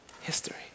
History